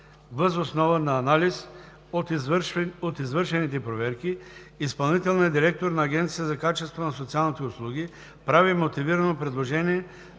Въз основа на анализ от извършените проверки изпълнителният директор на Агенцията за качеството на социалните услуги прави мотивирано предложение